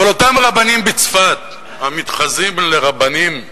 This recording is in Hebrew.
אבל אותם רבנים בצפת, המתחזים לרבנים,